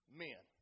men